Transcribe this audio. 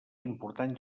importants